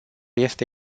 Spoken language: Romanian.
este